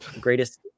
greatest